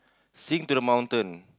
sing to the mountain